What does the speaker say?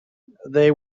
they